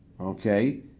Okay